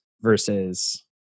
versus